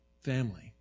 family